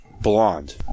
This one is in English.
blonde